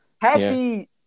happy